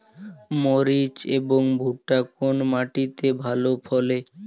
মরিচ এবং ভুট্টা কোন মাটি তে ভালো ফলে?